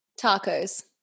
Tacos